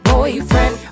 Boyfriend